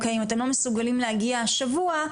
אם אתם לא מסוגלים להגיע השבוע,